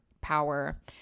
power